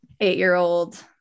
eight-year-old